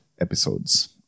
episodes